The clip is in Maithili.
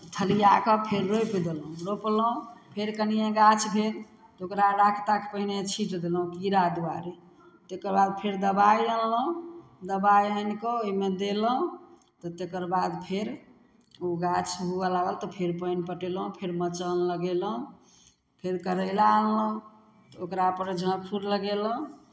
थलिआ कऽ फेर रोपि देलहुँ रोपलहुँ फेर कनिए गाछ भेल तऽ ओकरा राख ताख पहिने छीँटि देलहुँ कीड़ा दुआरे तकर बाद फेर दबाइ अनलहुँ दबाइ आनि कऽ ओहिमे देलहुँ तऽ तकर बाद फेर ओ गाछ हुअ लागल तऽ फेर पानि पटेलहुँ फेर मचान लगेलहुँ फेर करैला अनलहुँ तऽ ओकरापर झाँखुर लगयलहुँ